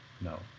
no